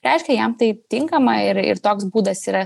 reiškia jam tai tinkama ir ir toks būdas yra